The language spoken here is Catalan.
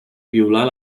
violar